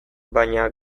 baina